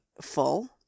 full